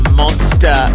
monster